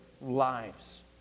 lives